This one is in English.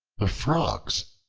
the frogs,